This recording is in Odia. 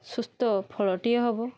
ସୁସ୍ଥ ଫଳଟିଏ ହବ